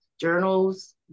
journals